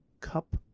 cup